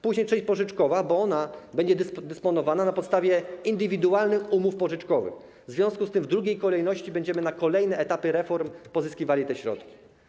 później część pożyczkowa, bo ona będzie dysponowana na podstawie indywidualnych umów pożyczkowych, w związku z tym w drugiej kolejności będziemy na kolejne etapy reform pozyskiwali te środki.